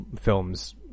films